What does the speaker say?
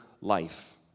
life